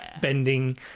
bending